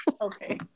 Okay